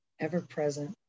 Ever-present